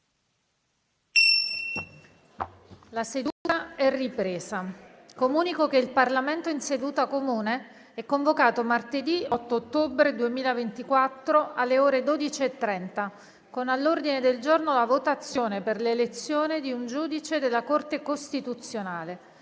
una nuova finestra"). Comunico che il Parlamento in seduta comune è convocato martedì 8 ottobre 2024, alle ore 12,30, con all'ordine del giorno la votazione per l'elezione di un giudice della Corte costituzionale.